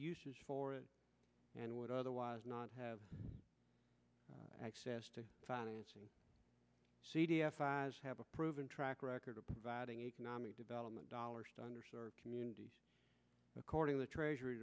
uses for it and would otherwise not have access to financing c d f as have a proven track record of providing economic development dollars to under served communities according the treasury